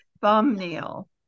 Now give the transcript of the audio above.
thumbnail